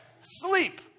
sleep